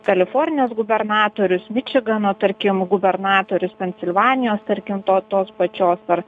kalifornijos gubernatorius mičigano tarkim gubernatorius pensilvanijos tarkim tos pačios ar